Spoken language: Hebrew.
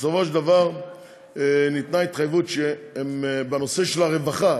בסופו של דבר ניתנה התחייבות שבנושא הרווחה,